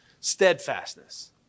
steadfastness